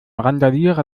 randalierer